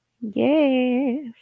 Yes